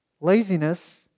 laziness